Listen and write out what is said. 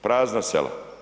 Prazna sela.